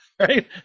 Right